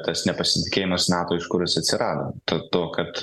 tas nepasitikėjimas nato iš kur jis atsirado dėl to kad